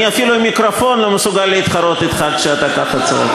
אני אפילו עם מיקרופון לא מסוגל להתחרות בך כשאתה ככה צועק.